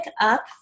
up